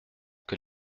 que